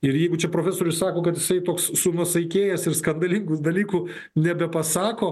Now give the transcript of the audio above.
ir jeigu čia profesorius sako kad jisai toks sunuosaikėjęs ir skandalingų dalykų nebepasako